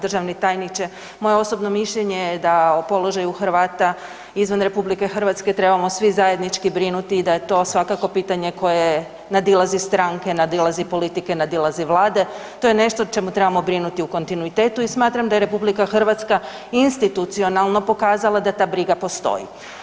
Državni tajniče, moje osobno mišljenje je da o položaju Hrvata izvan RH trebamo svi zajednički brinuti, da je to svakako pitanje koje nadilazi stranke, nadilazi politike, nadilazi Vlade, to je nešto o čemu trebamo brinuti u kontinuitetu i smatram da je RH institucionalno pokazala da ta briga postoji.